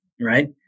right